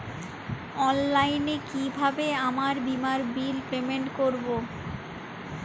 অনলাইনে কিভাবে আমার বীমার বিল পেমেন্ট করবো?